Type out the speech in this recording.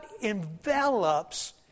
envelops